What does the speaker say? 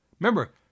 Remember